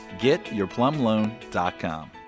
GetYourPlumLoan.com